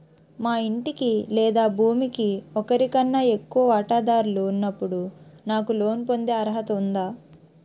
మా ఇంటికి లేదా భూమికి ఒకరికన్నా ఎక్కువ వాటాదారులు ఉన్నప్పుడు నాకు లోన్ పొందే అర్హత ఉందా?